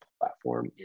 platform